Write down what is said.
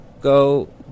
Go